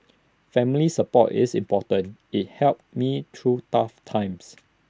family support is important IT helps me through tough times